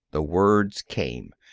the words came.